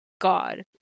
God